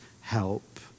help